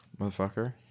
motherfucker